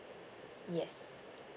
yes